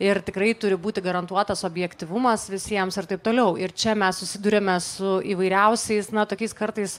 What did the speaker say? ir tikrai turi būti garantuotas objektyvumas visiems ir taip toliau ir čia mes susiduriame su įvairiausiais na tokiais kartais